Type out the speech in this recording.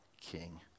king